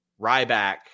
Ryback